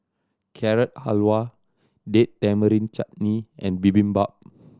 Carrot Halwa Date Tamarind Chutney and Bibimbap